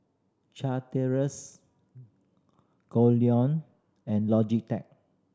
Chateraise Goldlion and Logitech